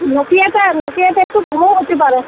নোকিয়াটা নোকিয়াটা একটু কমও হতে পারে